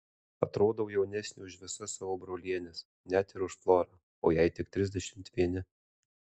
atrodau jaunesnė už visas savo brolienes net ir už florą o jai tik trisdešimt vieni